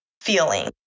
feeling